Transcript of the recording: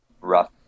rough